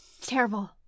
terrible